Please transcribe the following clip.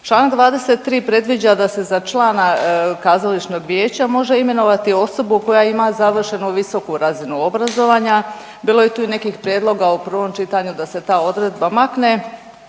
Čl. 23. predviđa da se za člana kazališnog vijeća može imenovati osobu koja ima završenu visoku razinu obrazovanja. Bilo je tu i nekih prijedloga u prvom čitanju da se ta odredba makne,